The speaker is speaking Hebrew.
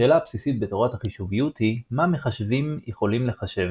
השאלה הבסיסית בתורת החישוביות היא מה מחשבים יכולים לחשב,